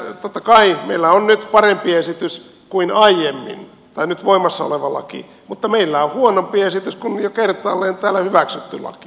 totta kai meillä on nyt parempi esitys kuin aiemmin tai nyt voimassa oleva laki mutta meillä on huonompi esitys kuin jo kertaalleen täällä hyväksytty laki